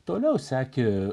toliau sekė